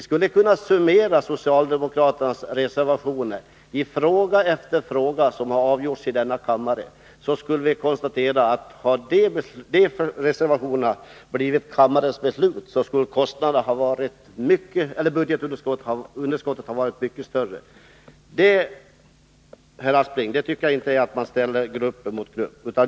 Vi skulle kunna summera socialdemokraternas reservationer i fråga efter fråga som har avgjorts i denna kammare, och då skulle vi kunna konstatera att om kammaren beslutat i enlighet med de reservationerna skulle budgetunderskottet ha varit mycket större. Herr Aspling! Jag tycker inte att detta är att ställa grupp emot grupp.